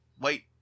Wait